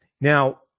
now